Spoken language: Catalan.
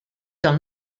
del